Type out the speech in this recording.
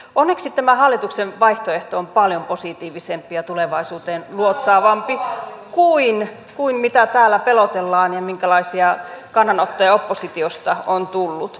onneksi tämä hallituksen vaihtoehto on paljon positiivisempi ja tulevaisuuteen luotsaavampi kuin mitä täällä pelotellaan ja minkälaisia kannanottoja oppositiosta on tullut